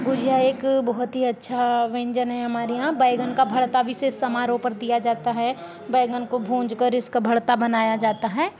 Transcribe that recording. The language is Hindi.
गुजिया एक बहुत ही अच्छा व्यंजन है हमारे यहाँ बैंगन का भरता विशेष समारोह पर दिया जाता है बैंगन को भूंज कर इसका भरता बनाया जाता है